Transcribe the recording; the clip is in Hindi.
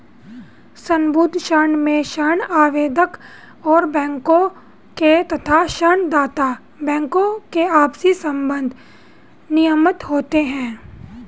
संबद्ध ऋण में ऋण आवेदक और बैंकों के तथा ऋण दाता बैंकों के आपसी संबंध नियमित होते हैं